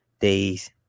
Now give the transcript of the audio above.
days